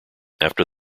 after